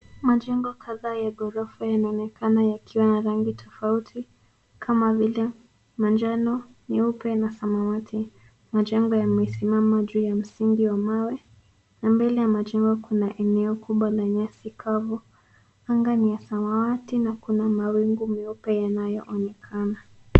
Majengo kadhaa ya ghorofa yanaonekana yakiwa na rangi tofauti kama vile manjano ,nyeupe na samawati. Majengo yamesimama juu ya msingi wa mawe na mbele ya majengo kuna eneo kubwa ya nyasi kavu. Anga ni ya samawati na kuna mawingu meupe yanayoonekana.